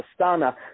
Astana